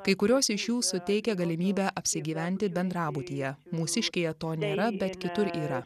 kai kurios iš jų suteikia galimybę apsigyventi bendrabutyje mūsiškėje to nėra bet kitur yra